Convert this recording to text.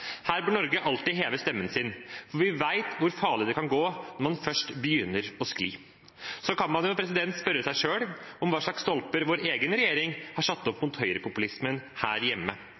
Her bør Norge alltid heve stemmen sin, for vi vet hvor farlig det kan være når man først begynner å skli. Så kan man spørre seg hva slags stolper vår egen regjering har satt opp mot høyrepopulismen her hjemme,